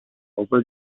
over